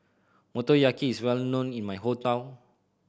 motoyaki is well known in my hometown